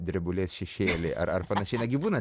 drebulės šešėlį ar ar panašiai na gi būna